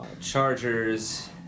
Chargers